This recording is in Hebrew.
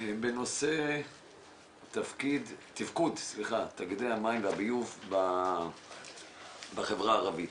בנושא תפקוד תאגידי המים והביוב בחברה הערבית.